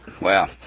Wow